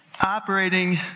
Operating